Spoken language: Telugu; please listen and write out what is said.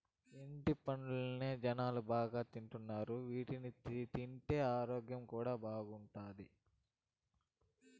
ఎండు పండ్లనే జనాలు బాగా తింటున్నారు వీటిని తింటే ఆరోగ్యం కూడా బాగుంటాది